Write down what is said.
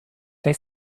they